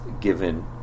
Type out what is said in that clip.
given